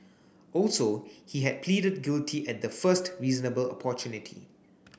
also he had pleaded guilty at the first reasonable opportunity